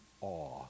awe